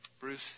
Bruce